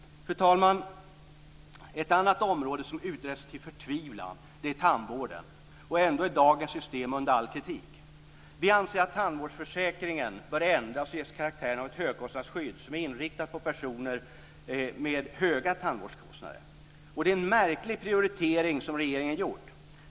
Fru talman! Ett annat område som utretts till förtvivlan är tandvården. Ändå är dagens system under all kritik. Vi anser att tandvårdsförsäkringen bör ändras och ges karaktären av ett högkostnadsskydd inriktat på personer med höga tandvårdskostnader. Det är en märklig prioritering som regeringen gjort.